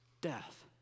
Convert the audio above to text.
death